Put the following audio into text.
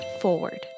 forward